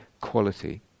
quality